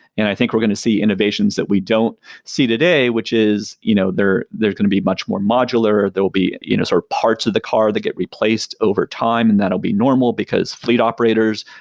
and i think we're going to see innovations that we don't see today, which is you know they're they're going to be much more modular, there'll be you know so parts of the car that get replaced over time and that'll be normal, because fleet operators,